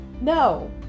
No